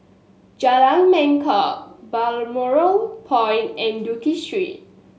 Jalan Mangkok Balmoral Point and Duke Street